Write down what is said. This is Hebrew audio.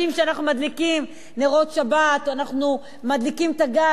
כשאנחנו מדליקים נרות שבת או אנחנו מדליקים את הגז,